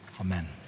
Amen